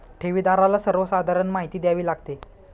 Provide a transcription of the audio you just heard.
ठेवीदाराला सर्वसाधारण माहिती द्यावी लागते